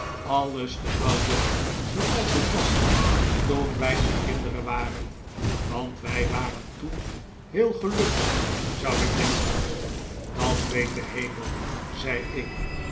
alles te houden zooals het was toen wij nog kinderen waren want wij waren toen heel gelukkig zou ik denken dat weet de hemel zei ik